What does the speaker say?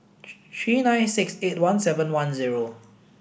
three three nine six eight one seven one zero